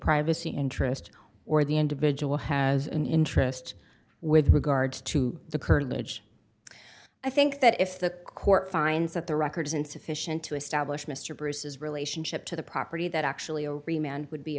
privacy interest or the individual has an interest with regard to the curtilage i think that if the court finds that the record is insufficient to establish mr bruce's relationship to the property that actually would be